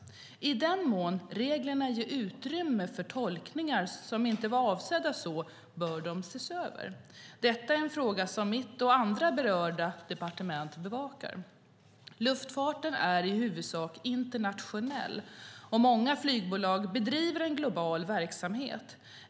I den mån reglerna ger utrymme för tolkningar som inte var avsedda bör de ses över. Detta är en fråga som mitt och andra berörda departement bevakar. Luftfarten är i huvudsak internationell, och många flygbolag bedriver en global verksamhet.